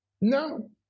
No